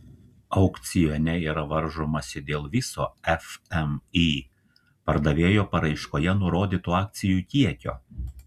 aukcione yra varžomasi dėl viso fmį pardavėjo paraiškoje nurodyto akcijų kiekio